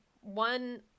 One